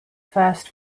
first